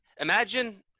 imagine